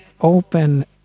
open